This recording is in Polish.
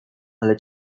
ale